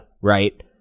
right